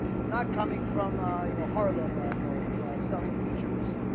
he's not coming from ah you know harlem. ah you know from selling t-shirts